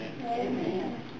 Amen